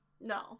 No